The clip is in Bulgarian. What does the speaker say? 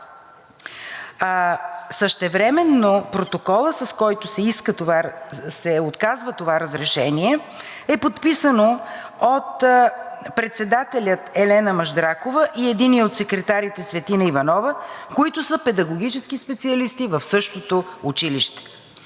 Същевременно протоколът, с който се отказва това разрешение, е подписан от председателя Елена Маждракова и единия от секретарите – Цветина Иванова, които са педагогически специалисти в същото училище.